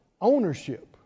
ownership